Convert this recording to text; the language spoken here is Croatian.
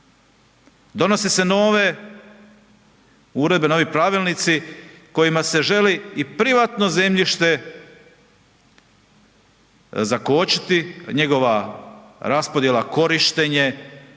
donose se nove uredbe, novi pravilnici kojima se želi i privatno zemljište zakočiti, njegova raspodjela, korištenje